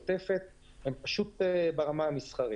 הן פשוט ברמה המסחרית.